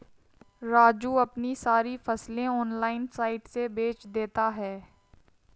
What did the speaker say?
राजू अपनी सारी फसलें ऑनलाइन साइट से बेंच देता हैं